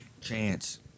Chance